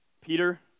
Peter